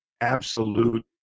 absolute